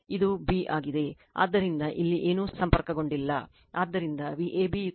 ಇದು B ಆಗಿದೆ ಆದ್ದರಿಂದ ಇಲ್ಲಿ ಏನೂ ಸಂಪರ್ಕಗೊಂಡಿಲ್ಲ ಆದ್ದರಿಂದ Vab Vab ಅದೇ ರೀತಿ B c c a